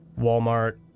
Walmart